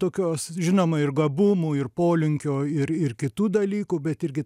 tokios žinoma ir gabumų ir polinkio ir ir kitų dalykų bet irgi